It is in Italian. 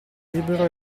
libero